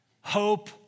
Hope